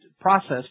process